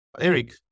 Eric